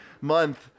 month